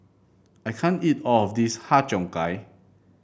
I can't eat all of this Har Cheong Gai